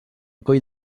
coll